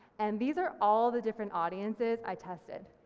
and these are all the different audiences i tested.